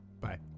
bye